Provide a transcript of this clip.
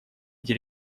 эти